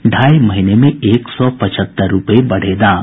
ढ़ाई महीने में एक सौ पचहत्तर रूपये बढ़े दाम